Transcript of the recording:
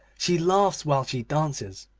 she laughs while she dances,